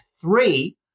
three